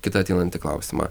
kitą ateinantį klausimą